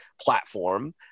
platform